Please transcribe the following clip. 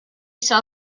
shall